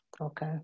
Okay